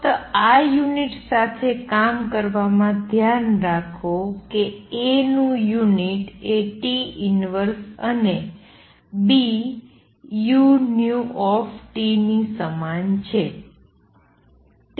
ફક્ત આ યુનિટ સાથે કામ કરવામાં ધ્યાનમાં રાખો કે A નું યુનિટ એ T ઇનવર્સ અને Bu ની સમાન છે